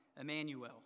Emmanuel